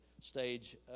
stage